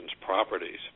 properties